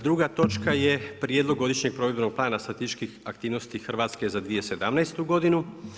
Druga točka je Prijedlog godišnjeg provedbenog plana statističkih aktivnosti Hrvatske za 2017. godinu.